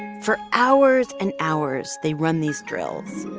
and for hours and hours, they run these drills.